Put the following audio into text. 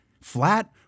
Flat